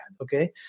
okay